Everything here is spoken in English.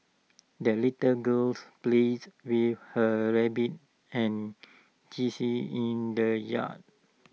the little girls played with her rabbit and geese in the yard